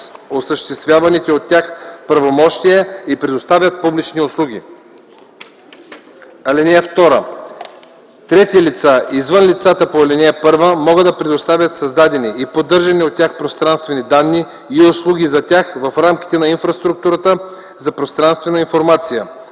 осъществяваните от тях правомощия и предоставят публични услуги. (2) Трети лица, извън лицата по ал. 1, могат да предоставят създадени и поддържани от тях пространствени данни и услуги за тях в рамките на инфраструктурата за пространствена информация.